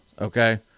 okay